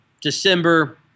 December